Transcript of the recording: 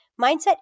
Mindset